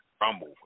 Rumble